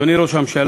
אדוני ראש הממשלה,